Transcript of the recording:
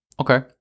Okay